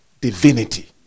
divinity